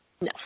No